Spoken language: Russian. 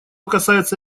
касается